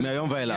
מהיום ואילך.